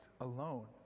alone